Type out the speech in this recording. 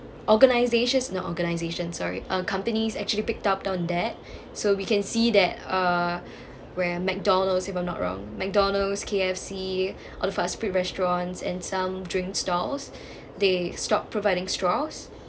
organisati~ not organisation sorry uh companies actually picked up on that so we can see that uh where mcdonald's if I'm not wrong mcdonald's K_F_C or the fast food restaurants and some drink stalls they stopped providing straws